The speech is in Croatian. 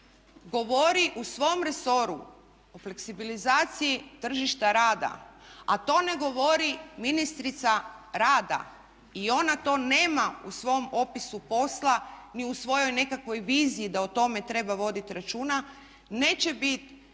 govori u svom resoru o fleksibilizaciji tržišta rada, a to ne govori ministrica rada i ona to nema u svom opisu posla ni u svojoj nekakvoj viziji da o tome treba vodit računa neće bit